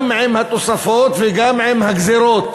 גם עם התוספות וגם עם הגזירות,